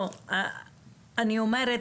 אני אומרת,